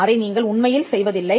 அதை நீங்கள் உண்மையில் செய்வதில்லை